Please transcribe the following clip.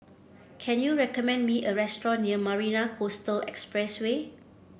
can you recommend me a restaurant near Marina Coastal Expressway